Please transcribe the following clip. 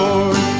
Lord